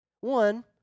One